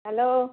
hello